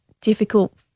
difficult